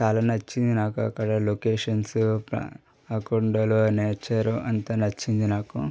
చాలా నచ్చింది నాకక్కడ లొకేషన్స్ ఆ కొండలు ఆ నేచరు అంతా నచ్చింది నాకు